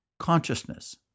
Consciousness